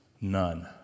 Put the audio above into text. none